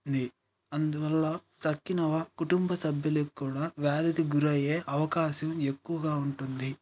the అందువల్ల తక్కిన కుటుంబ సభ్యులకు కూడా వ్యాధికి గురి అయ్యే అవకాశం ఎక్కువగా ఉంటుంది